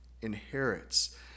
inherits